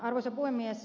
arvoisa puhemies